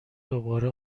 دوباره